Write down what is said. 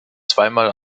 zweimal